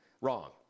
Wrong